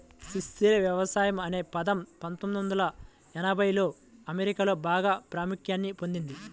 సుస్థిర వ్యవసాయం అనే పదం పందొమ్మిది వందల ఎనభైలలో అమెరికాలో బాగా ప్రాముఖ్యాన్ని పొందింది